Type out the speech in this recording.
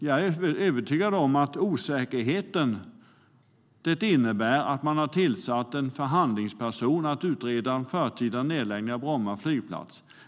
Jag är övertygad om att osäkerheten om flygplatsen medfört att man tillsatt en förhandlingsperson att utreda en förtida nedläggning.